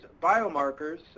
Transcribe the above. Biomarkers